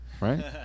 Right